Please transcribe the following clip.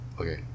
Okay